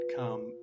come